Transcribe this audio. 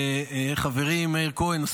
וחברי מאיר כהן,